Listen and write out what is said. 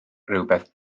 rywbeth